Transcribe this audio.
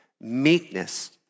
meekness